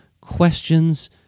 questions